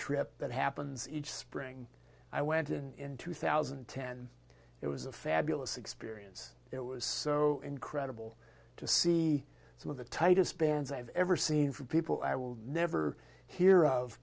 trip that happens each spring i went in two thousand and ten it was a fabulous experience it was so incredible to see some of the tightest bands i've ever seen for people i will never hear of